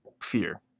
fear